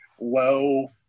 low